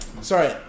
Sorry